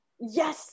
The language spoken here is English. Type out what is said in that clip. Yes